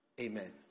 Amen